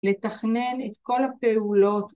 ‫לתכנן את כל הפעולות...